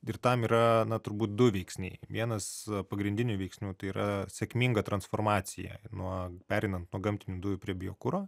ir tam yra turbūt du veiksniai vienas pagrindinių veiksnių tai yra sėkminga transformacija nuo pereinant nuo gamtinių dujų prie biokuro